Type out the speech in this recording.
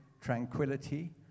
tranquility